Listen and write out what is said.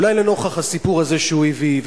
אולי לנוכח הסיפור הזה שהוא הביא,